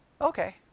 Okay